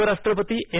उपराष्ट्रपती एम